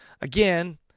Again